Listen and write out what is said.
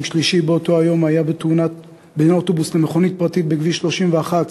הרוג שלישי באותו היום היה בתאונה בין אוטובוס למכונית פרטית בכביש 31,